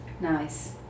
Nice